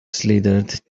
slithered